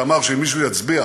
שאמר שמי שיצביע